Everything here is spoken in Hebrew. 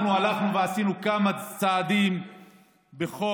אנחנו הלכנו ועשינו כמה צעדים בחוק,